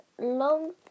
long